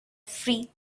free